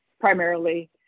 primarily